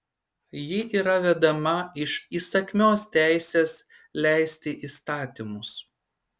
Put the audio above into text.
ji yra vedama iš įsakmios teisės leisti įstatymus